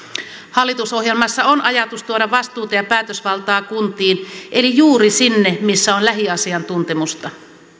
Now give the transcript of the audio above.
hallitusohjelmassa on ajatus tuoda vastuuta ja päätösvaltaa kuntiin eli juuri sinne missä on lähiasiantuntemusta